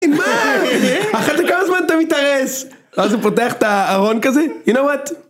מה? אחרת כמה זמן אתה מתארס? ואז הוא פותח את הארון כזה? you know what?